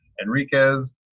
Enriquez